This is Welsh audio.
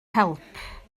help